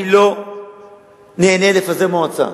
אני לא נהנה לפזר מועצה.